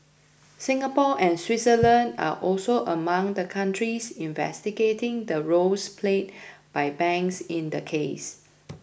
Singapore and Switzerland are also among the countries investigating the roles played by banks in the case